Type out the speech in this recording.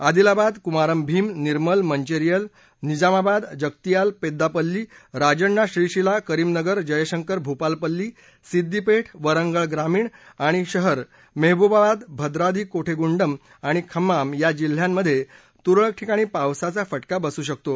आदिलाबाद कुमारम भीम निर्मल मंचेरियल निजामाबाद जगतियाल पेद्दापल्ली राजण्णा श्रीशिला करीमनगर जयशंकर भूपालपल्ली सिद्दीपेठ वरंगळ ग्रामीण आणि शहर मेहबूबाबाद भद्राद्री कोठेगुंडम आणि खमाम या जिल्ह्यांमधे तुरळक ठिकाणी पावसाचा फटका बसू शकतो